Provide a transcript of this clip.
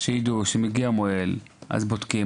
שיידעו כשמגיע מוהל, אז בודקים.